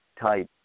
type